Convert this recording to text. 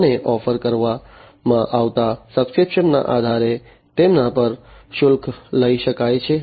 અને ઓફર કરવામાં આવતા સબ્સ્ક્રિપ્શન ના આધારે તેમના પર શુલ્ક લઈ શકાય છે